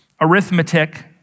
Arithmetic